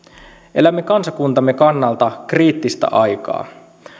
elämme kansakuntamme kannalta kriittistä aikaa